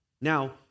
Now